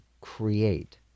create